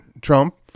trump